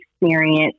experience